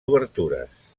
obertures